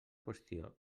qüestió